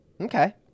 Okay